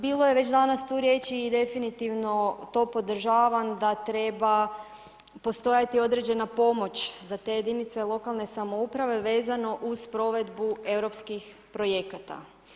Bilo je već danas tu riječi i definitivno to podržavam, da treba postojati određena pomoć za te jedinice lokalne samouprave vezano uz provedbu europskih projekata.